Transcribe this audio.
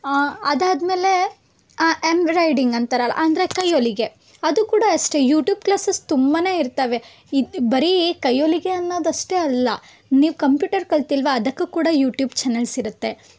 ಅದಾದ ಮೇಲೆ ಎಂಬ್ರೈಡಿಂಗ್ ಅಂತಾರಲ್ಲ ಅಂದರೆ ಕೈಹೊಲಿಗೆ ಅದು ಕೂಡ ಅಷ್ಟೇ ಯೂಟ್ಯೂಬ್ ಕ್ಲಾಸಸ್ ತುಂಬಾ ಇರ್ತವೆ ಈ ಬರೀ ಕೈಹೊಲಿಗೆ ಅನ್ನೋದಷ್ಟೇ ಅಲ್ಲ ನೀವು ಕಂಪ್ಯೂಟರ್ ಕಲಿತಿಲ್ವಾ ಅದಕ್ಕೂ ಕೂಡ ಯೂಟ್ಯೂಬ್ ಚನಲ್ಸ್ ಇರುತ್ತೆ